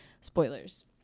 spoilers